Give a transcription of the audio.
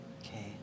okay